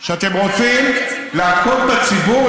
שאתם רוצים להכות בציבור?